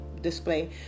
display